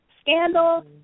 Scandal